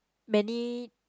many